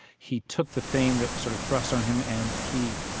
he took the fame that was sort of thrust on him, and he,